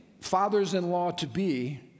fathers-in-law-to-be